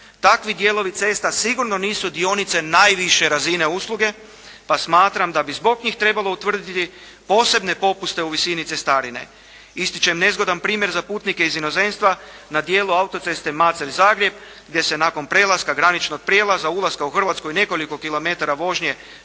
Takvi dijelovi cesta sigurno nisu dionice najviše razine usluge pa smatram da bi zbog njih trebalo utvrditi posebne popuste u visini cestarine. Ističem nezgodan primjer za putnike iz inozemstva na dijelu autoceste Macelj-Zagreb gdje se nakon prelaska graničnog prijelaza, ulaska u Hrvatsku i nekoliko kilometara vožnje